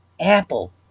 Apple